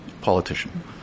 politician